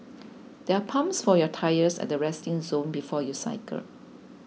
there are pumps for your tyres at the resting zone before you cycle